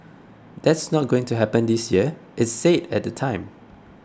that's not going to happen this year it said at the time